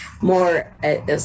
more